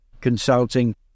consulting